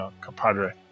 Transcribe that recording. compadre